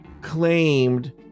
claimed